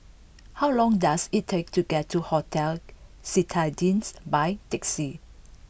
how long does it take to get to Hotel Citadines by taxi